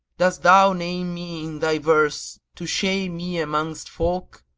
dost thou name me in thy verse, to shame me amongst folk?